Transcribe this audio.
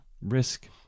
risk